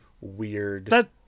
weird